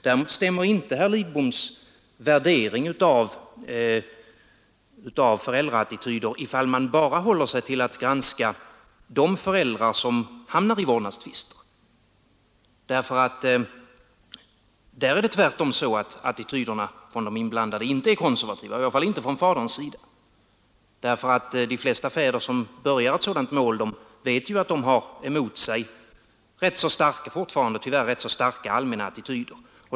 Däremot håller inte herr Lidboms värdering av föräldraattityder om man inskränker sig till att granska bara de föräldrar som hamnar i vårdnadstvister. Där är det tvärtom så att attityderna hos de inblandade inte är konservativa, i varje fall inte hos fäderna. De flesta fäder som börjar ett sådant mål vet ju att de fortfarande tyvärr har emot sig rätt så starka allmänna attityder.